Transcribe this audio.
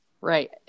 Right